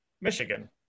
Michigan